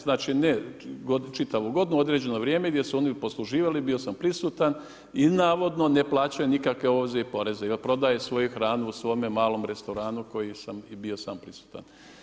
Znači ne čitavu godinu, određeno vrijeme gdje su oni posluživali bio sam prisutan i navodno ne plaćaju nikakve obveze i poreze, prodaju svoju hranu u svome malom restoranu koji sam i bio sam prisutan.